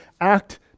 act